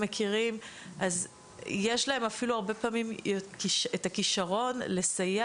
הרבה פעמים אפילו יש להם את הכשרון לסייע